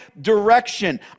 direction